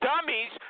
dummies